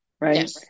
right